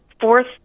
Fourth